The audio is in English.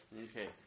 okay